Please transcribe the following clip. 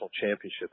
championship